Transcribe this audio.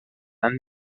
and